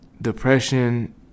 depression